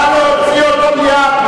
מה זה, נא להוציא אותו מייד.